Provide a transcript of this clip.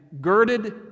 girded